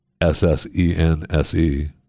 S-S-E-N-S-E